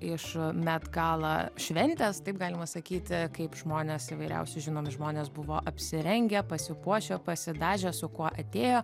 iš met gala šventės taip galima sakyti kaip žmonės įvairiausi žinomi žmonės buvo apsirengę pasipuošę pasidažę su kuo atėjo